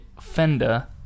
Fender